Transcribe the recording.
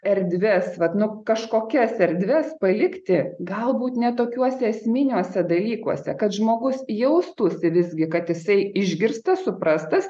erdves vat nu kažkokias erdves palikti galbūt ne tokiuose esminiuose dalykuose kad žmogus jaustųsi visgi kad jisai išgirstas suprastas